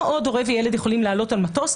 לא עוד הורה וילד יכולים לעלות על מטוס.